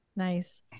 Nice